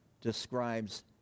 describes